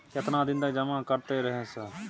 केतना दिन तक जमा करते रहे सर?